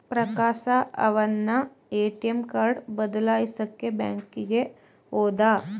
ಪ್ರಕಾಶ ಅವನ್ನ ATM card ಬದಲಾಯಿಸಕ್ಕೇ ಬ್ಯಾಂಕಿಗೆ ಹೋದ